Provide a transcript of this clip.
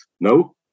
No